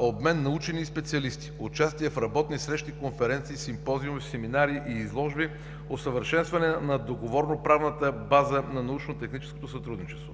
обмен на учени и специалисти; участие в работни срещи, конференции, симпозиуми, семинари и изложби; усъвършенстване на договорно-правната база на научно-техническото сътрудничество;